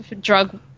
drug